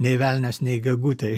nei velnias nei gegutė